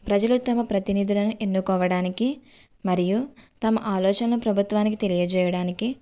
ప్రజల తమ ప్రతినిధులను ఎన్నుకోవడానికి మరియు తమ ఆలోచనలను ప్రభుత్వానికి తెలియజేయడానికి